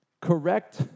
Correct